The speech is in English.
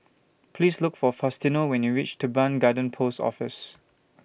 Please Look For Faustino when YOU REACH Teban Garden Post Office